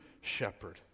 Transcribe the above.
shepherd